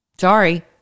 Sorry